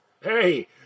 Hey